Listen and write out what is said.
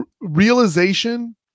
realization